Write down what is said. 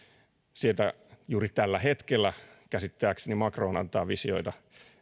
siitä juuri tällä hetkellä käsittääkseni macron antaa visioita